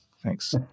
Thanks